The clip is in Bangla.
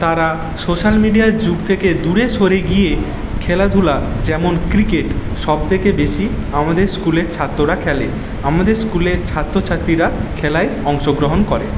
তারা সোশ্যাল মিডিয়ার যুগ থেকে দূরে সরে গিয়ে খেলাধুলা যেমন ক্রিকেট সবথেকে বেশি আমাদের স্কুলের ছাত্ররা খেলে আমাদের স্কুলের ছাত্রছাত্রীরা খেলায় অংশগ্রহণ করে